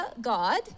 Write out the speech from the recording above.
God